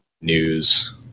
news